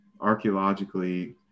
archaeologically